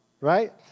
right